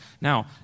Now